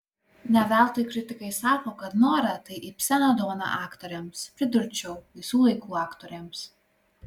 ne veltui kritikai sako kad nora tai ibseno dovana aktorėms pridurčiau visų laikų aktorėms